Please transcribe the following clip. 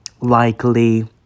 likely